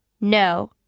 No